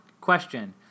Question